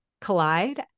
collide